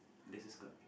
there's a scar